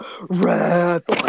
red